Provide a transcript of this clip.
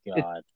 God